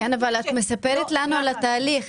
אבל את מספרת לנו על התהליך,